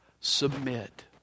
submit